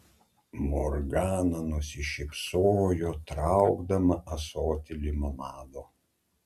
morgana nusišypsojo traukdama ąsotį limonado